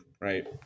right